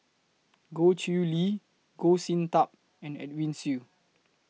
Goh Chiew Lye Goh Sin Tub and Edwin Siew